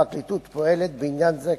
הפרקליטות פועלת בעניין זה,